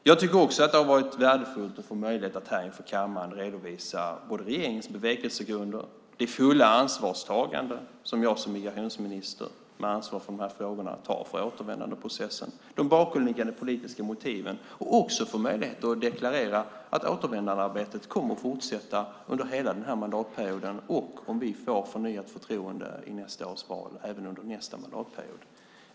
Jag tycker att det har varit värdefullt att här inför kammaren få möjlighet att redovisa både regeringens bevekelsegrunder och det fulla ansvarstagande som jag som migrationsminister med ansvar för frågorna tar för återvändandeprocessen. Det handlar om att redovisa de bakomliggande politiska motiven och om att få möjlighet att deklarera att återvändandearbetet kommer att fortsätta under hela mandatperioden och, om vi får förnyat förtroende i nästa års val, även under nästa mandatperiod.